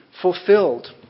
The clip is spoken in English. fulfilled